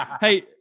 hey